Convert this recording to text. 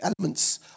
elements